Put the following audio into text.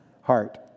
heart